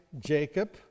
Jacob